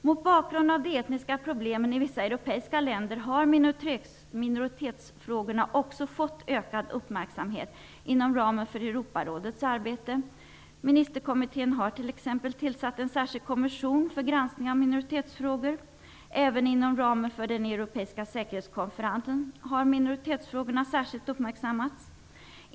Mot bakgrund av de etniska problemen i vissa europeiska länder har minoritetsfrågorna också fått ökad uppmärksamhet inom ramen för Europarådets arbete. Ministerkommittén har t.ex. tillsatt en särskild kommission för granskning av minoritetsfrågor. Även inom ramen för den europeiska säkerhetskonferensen har minoritetsfrågorna uppmärksammats särskilt.